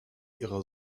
ihrer